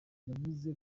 yavuze